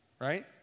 right